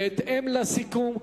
בהתאם לסיכום,